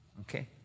okay